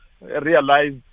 realize